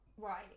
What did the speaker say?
Right